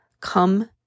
come